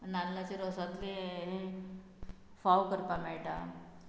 नाल्लाचेर असले फोव करपाक मेळटा